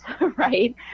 right